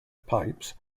pipes